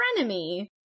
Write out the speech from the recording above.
frenemy